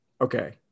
Okay